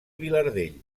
vilardell